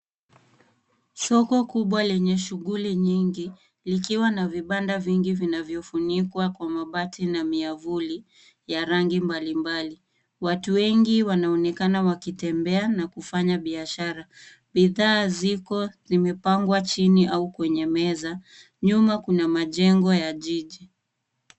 Soko kubwa lenye shughuli nyingi, likiwa na vibanda vingi vinavyofunikwa kwa mabati na miavuli ya rangi mbalimbali. Watu wengi wanaonekana wakitembea na kufanya biashara. Bidhaa ziko zimepangwa chini au kwenye meza. Nyuma kuna majengo ya jiji.